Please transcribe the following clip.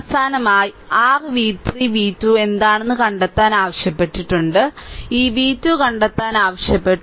അവസാനമായി r v3 v2 എന്താണെന്ന് കണ്ടെത്താൻ ആവശ്യപ്പെട്ടിട്ടുണ്ട് ഈ v2 കണ്ടെത്താൻ ആവശ്യപ്പെട്ടു